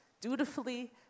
dutifully